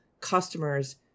customers